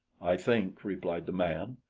i think, replied the man,